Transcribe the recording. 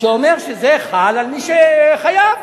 שאומר שזה חל על מי שחייב.